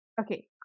Okay